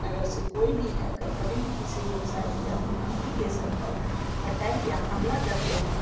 अगर से कोई भी हैकर कभी भी किसी वेबसाइट या फिर अप्लीकेशन पर एटैक या हमला करते हैं